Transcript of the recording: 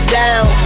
down